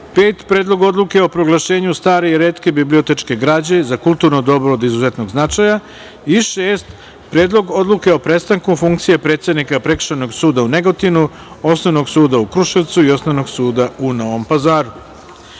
– Predlog odluke o proglašenju stare i retke bibliotečke građe za kulturno dobro od izuzetnog značaja iŠesta tačka dnevnog reda – Predlog odluke o prestanku funkcije predsednika Prekršajnog suda u Negotinu, Osnovnog suda u Kruševcu i Osnovnog suda u Novom Pazaru. Pošto